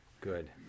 Good